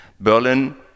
Berlin